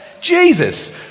Jesus